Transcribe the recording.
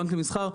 הבנק למסחר,